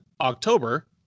October